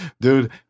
dude